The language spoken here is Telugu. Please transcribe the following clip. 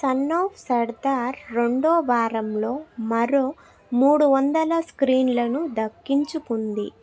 సన్ ఆఫ్ సర్దార్ రెండవ వారంలో మరో మూడువందల స్క్రీన్లను దక్కించుకుంది